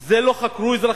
זה, לא חקרו אזרחים?